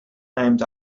named